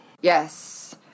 Yes